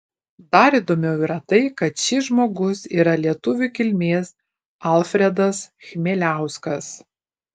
dar įdomiau yra tai kad šis žmogus yra lietuvių kilmės alfredas chmieliauskas